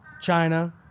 China